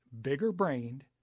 bigger-brained